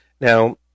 Now